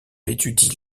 étudie